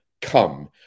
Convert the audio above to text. come